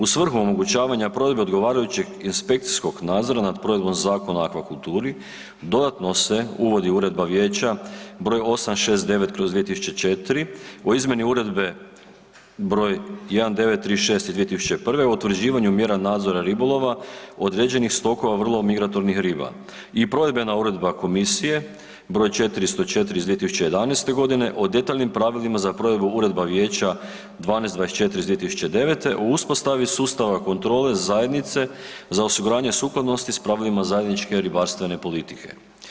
U svrhu omogućavanja provedbe odgovarajućeg inspekcijskog nadzora nad provedbom Zakona o akvakulturi dodatno se uvodi Uredba vijeća broj 869/2004 o izmjeni Uredbe broj 1936 iz 2001. o utvrđivanju mjera nadzora ribolova određenih stokova vrlo migratornih riba i provedbena Uredba komisije broj 404 iz 2011. godine o detaljnim pravilima za provedbu Uredba vijeća 1224 iz 2009. o uspostavi sustava kontrole zajednice za osiguranje sukladnosti s pravilima zajedničke ribarstvene politike.